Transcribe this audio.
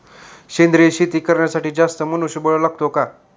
सेंद्रिय शेती करण्यासाठी जास्त मनुष्यबळ लागते का?